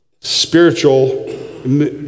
spiritual